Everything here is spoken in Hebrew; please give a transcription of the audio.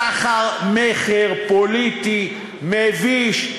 סחר-מכר פוליטי מביש,